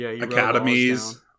academies